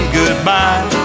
goodbye